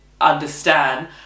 understand